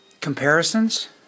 Comparisons